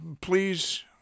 please